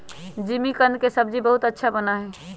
जिमीकंद के सब्जी बहुत अच्छा बना हई